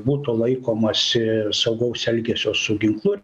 būtų laikomasi saugaus elgesio su ginklu